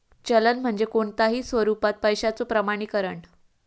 चलन म्हणजे कोणताही स्वरूपात पैशाचो प्रमाणीकरण